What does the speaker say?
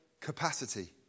capacity